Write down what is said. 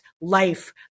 life